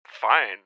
Fine